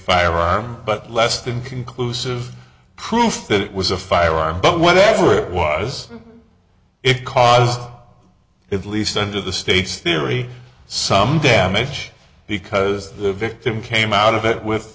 firearm but less than conclusive proof that it was a firearm but whatever it was it cause it least under the state's theory some damage because the victim came out of it with